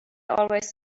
always